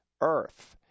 earth